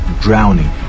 drowning